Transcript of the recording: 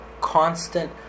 constant